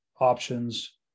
options